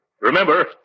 Remember